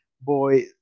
boy